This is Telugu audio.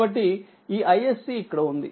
కాబట్టి ఈ iSC ఇక్కడ ఉంది